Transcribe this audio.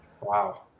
Wow